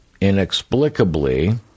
inexplicably